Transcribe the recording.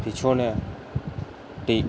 পিছনে এই